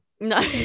No